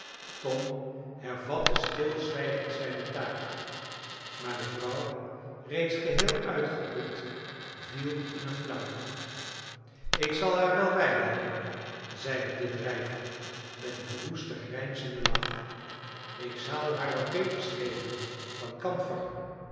tom hervatte stilzwijgend zijne taak maar de vrouw reeds geheel uitgeput viel in een flauwte ik zal haar wel bijhelpen zeide de drijver met een woesten grijnzenden lach ik zal haar wat beters geven dan